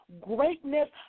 greatness